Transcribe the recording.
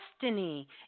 destiny